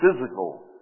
physical